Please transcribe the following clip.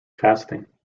casting